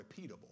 repeatable